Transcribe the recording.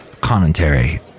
commentary